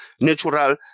natural